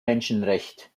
menschenrecht